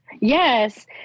Yes